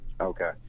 Okay